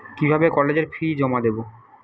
কিভাবে কলেজের ফি জমা দেবো?